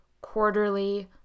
quarterly